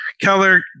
Keller